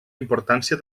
importància